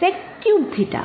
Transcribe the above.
sec cube theta